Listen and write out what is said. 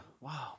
Wow